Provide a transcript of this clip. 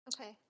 Okay